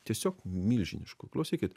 tiesiog milžiniškų klausykit